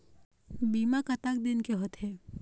बीमा कतक दिन के होते?